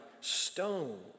stone